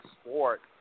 sport